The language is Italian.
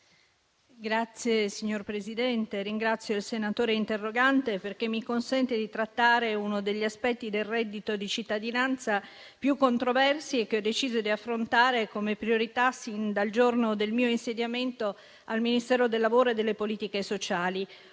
sociali*. Signor Presidente, ringrazio il senatore interrogante perché mi consente di trattare uno degli aspetti più controversi del reddito di cittadinanza, che io ho deciso di affrontare come priorità sin dal giorno del mio insediamento al Ministero del lavoro e delle politiche sociali.